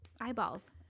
eyeballs